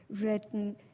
written